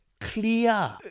clear